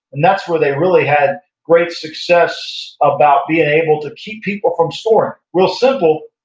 and that's where they really had great success about being able to keep people from scoring. real simple,